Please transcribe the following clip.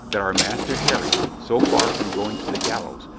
that our master harry, so far from going to the gallows,